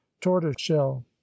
tortoiseshell